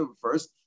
first